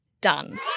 done